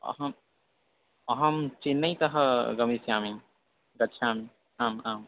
अहम् अहं चिन्नैतः आगमिष्यामि गच्छामि आम् आम्